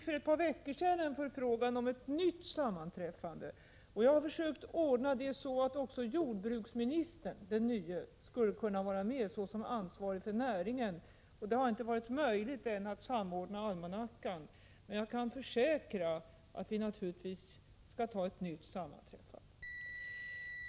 För ett par veckor sedan fick jag en förfrågan om ett nytt sammanträffande. Jag har försökt ordna så att också den nye jordbruksministern skulle kunna vara med såsom ansvarig för näringen, men det har inte varit möjligt att samordna almanackorna. Men jag kan försäkra att vi naturligtvis skall ha ett nytt sammanträffande.